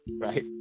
right